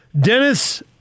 Dennis